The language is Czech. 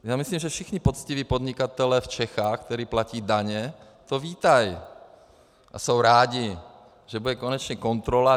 Já myslím, že všichni poctiví podnikatelé v Čechách, kteří platí daně, to vítají a jsou rádi, že bude konečně kontrola.